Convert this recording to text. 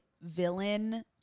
villain